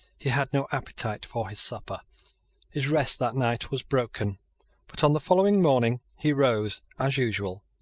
he had no appetite for his supper his rest that night was broken but on the following morning he rose, as usual,